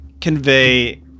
convey